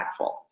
impactful